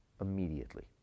immediately